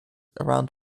around